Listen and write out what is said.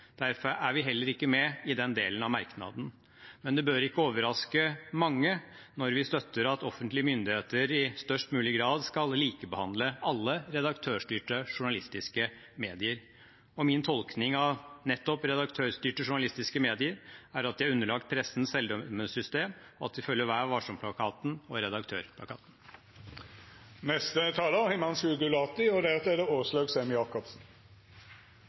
Derfor er vi heller ikke med i den delen av merknaden. Men det bør ikke overraske mange når vi støtter at offentlige myndigheter i størst mulig grad skal likebehandle alle redaktørstyrte journalistiske medier. Min tolking av nettopp redaktørstyrte journalistiske medier er at de er underlagt pressens selvdømmesystem, og at de følger Vær varsom-plakaten og Redaktørplakaten. Tiden står ikke stille. Tvert imot har det